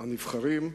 הנבחרים,